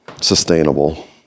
sustainable